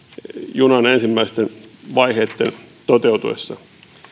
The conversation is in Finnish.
junan ensimmäisten vaiheitten toteutuessa